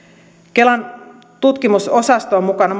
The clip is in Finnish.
kelan tutkimusosasto on mukana